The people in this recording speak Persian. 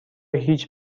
هیچ